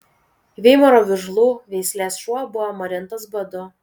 veimaro vižlų veislės šuo buvo marintas badu